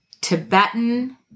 Tibetan